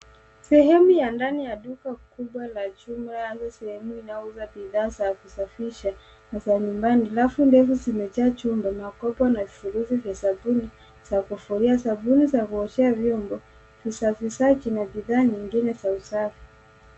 Sehemu ya ndani ya duka kubwa la jumla hasa sehemu inayouza bidhaa za kusafisha na za nyumbani. Rafu ndefu zimejaa chumvi, makopo na vifurushi vya sabuni za kufulia, sabuni za kuoshea vyombo, usafishaji na bidhaa nyingine za usafi.